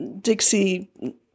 Dixie